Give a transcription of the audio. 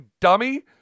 dummy